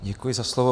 Děkuji za slovo.